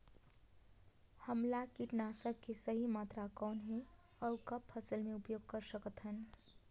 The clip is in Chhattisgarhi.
हमला कीटनाशक के सही मात्रा कौन हे अउ कब फसल मे उपयोग कर सकत हन?